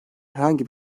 herhangi